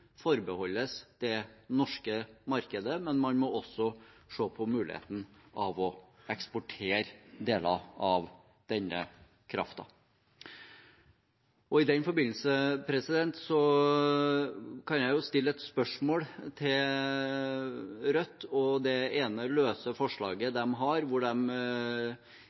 forbeholdes det norske markedet, men man må også se på muligheten for å eksportere deler av denne kraften. I den forbindelse vil jeg stille et spørsmål til Rødt om det ene løse forslaget de har, hvor